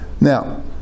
Now